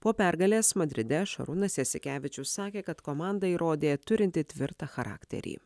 po pergalės madride šarūnas jasikevičius sakė kad komanda įrodė turinti tvirtą charakterį